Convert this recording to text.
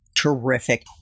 Terrific